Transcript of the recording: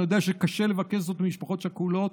אני יודע שקשה לבקש זאת ממשפחות שכולות,